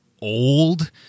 old